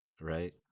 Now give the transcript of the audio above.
right